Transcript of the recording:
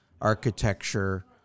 architecture